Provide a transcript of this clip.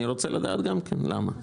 אני רוצה לדעת גם כן למה.